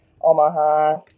Omaha